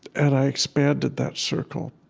and i expanded that circle